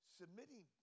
submitting